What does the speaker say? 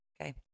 Okay